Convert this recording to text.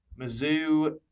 Mizzou